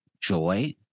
joy